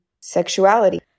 sexuality